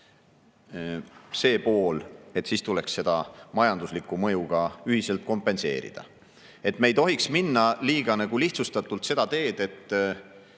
see pool, et siis tuleks seda majanduslikku mõju ka ühiselt kompenseerida. Me ei tohiks liiga lihtsustatult minna seda teed, et